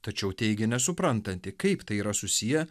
tačiau teigia nesuprantanti kaip tai yra susiję